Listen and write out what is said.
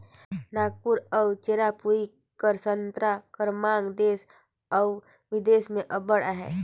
नांगपुर अउ चेरापूंजी कर संतरा कर मांग देस अउ बिदेस में अब्बड़ अहे